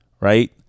Right